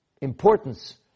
importance